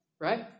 Right